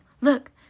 Look